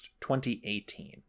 2018